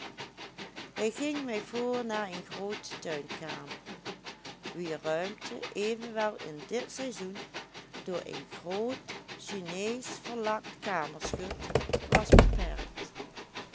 hij ging mij voor naar eene groote tuinkamer wier ruimte evenwel in dit seizoen door een groot sineeschverlakt kamerschut was beperkt